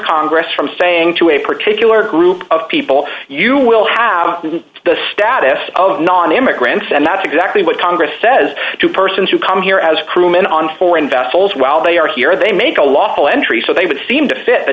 congress from saying to a particular group of people you will have the status of non immigrants and that's exactly what congress says to persons who come here as crewmen on foreign vessels while they are here they make a lawful entry so they would seem to fit the